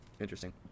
Interesting